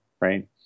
right